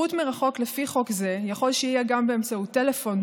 השירות מרחוק לפי חוק זה יכול שיהיה גם באמצעות טלפון,